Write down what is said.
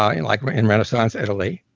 ah in like but in renaissance italy,